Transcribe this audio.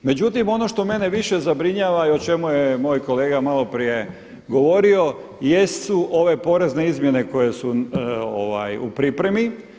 Međutim, ono što mene više zabrinjava i o čemu je moj kolega malo prije govorio jesu ove porezne izmjene koje su u pripremi.